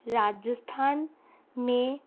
राजस्थान में